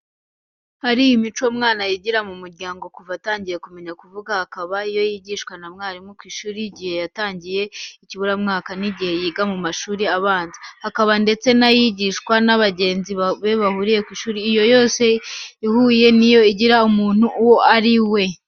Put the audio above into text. Hari imico umwana yigira mu muryango kuva atangiye kumenya kuvuga, hakaba iyo yigishwa na mwarimu ku ishuri, igihe atangiye ikiburamwaka n'igihe yiga mu mashuri abanza, hakaba ndetse n'iyo yigishwa na bagenzi be bahuriye ku ishuri, iyo yose ihuye, ni yo igira umuntu uwo ari we.